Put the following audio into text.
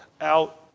out